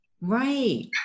Right